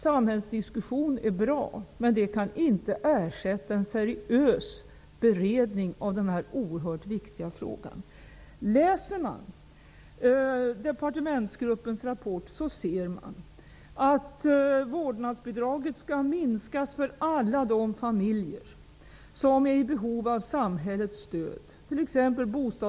Samhällsdiskussion är bra, men den kan inte ersätta en seriös beredning av denna oerhört viktiga fråga. Om man läser departementsgruppens rapport ser man att vårdnadsbidraget skall minskas för alla de familjer som är i behov av samhällets stöd, t.ex.